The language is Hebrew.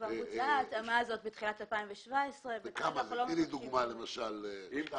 כבר בוצעה ההתאמה הזאת בתחילת שנת 2017. תני לי דוגמה למשל כמה זה.